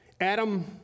Adam